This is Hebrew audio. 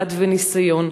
דעת וניסיון.